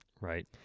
Right